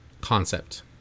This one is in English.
concept